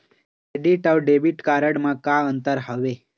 Credit अऊ debit card म का अंतर हावे?